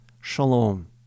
shalom